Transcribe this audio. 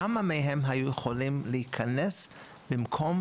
כמה מהם היו יכולים להיכנס לבית מאזן במקום